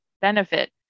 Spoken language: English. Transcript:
benefit